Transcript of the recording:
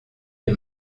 les